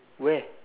where